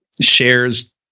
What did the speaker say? shares